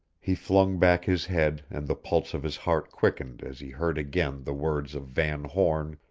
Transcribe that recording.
he flung back his head and the pulse of his heart quickened as he heard again the words of van horn,